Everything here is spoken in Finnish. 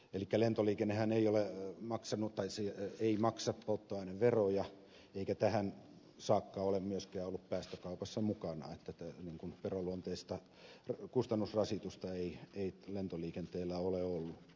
elikkä lentoliikennehän ei maksa polttoaineveroja eikä tähän saakka ole myöskään ollut päästökaupassa mukana niin että veroluonteista kustannusrasitusta ei lentoliikenteellä ole ollut